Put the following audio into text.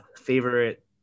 favorite